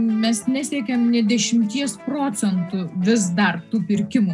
mes nesiekiam nei dešimt procentų vis dar tų pirkimų